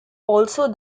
also